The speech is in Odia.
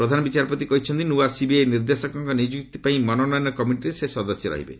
ପ୍ରଧାନ ବିଚାରପତି କହିଛନ୍ତି ନୂଆ ସିବିଆଇ ନିର୍ଦ୍ଦେଶକଙ୍କ ନିଯୁକ୍ତି ପାଇଁ ମନୋନୟନ କମିଟିରେ ସେ ସଦସ୍ୟ ରହିବେ